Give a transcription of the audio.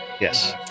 yes